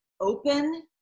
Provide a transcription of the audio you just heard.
open